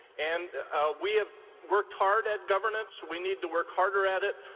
and we have worked hard at governance. we need to work harder at it.